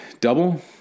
double